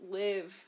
live